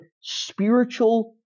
spiritual